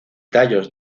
tallos